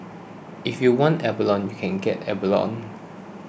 if you want abalone you can get abalone